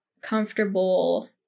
comfortable